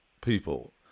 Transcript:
people